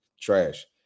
trash